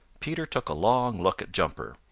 peter took a long look at jumper,